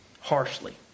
harshly